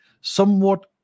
somewhat